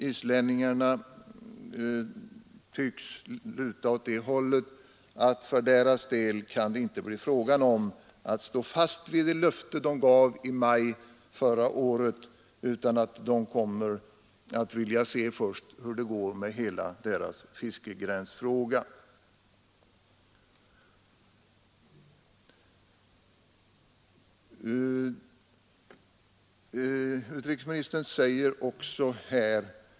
Islänningarna däremot tycks luta åt att det för deras del inte kan bli fråga om att stå fast vid det löfte de gav i maj förra året, utan de kommer först att vilja se hur det går med hela deras fiskegränsfråga.